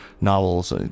novels